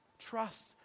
Trust